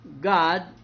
God